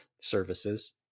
services